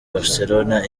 barcelona